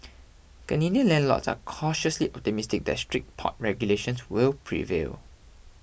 Canadian landlords are cautiously optimistic that strict pot regulations will prevail